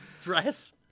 dress